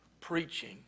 preaching